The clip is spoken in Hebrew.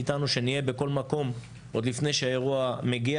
בכל אירוע כזה הרי מצפים מאיתנו שנהיה בכל מקום עוד לפני שהאירוע מגיע,